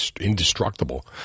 indestructible